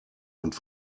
und